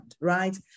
right